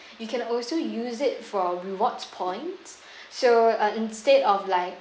you can also use it for our rewards points so uh instead of like